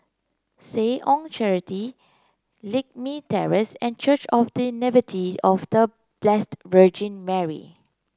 Seh Ong Charity Lakme Terrace and Church of The Nativity of The Blessed Virgin Mary